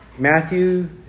Matthew